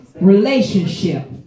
Relationship